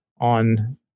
on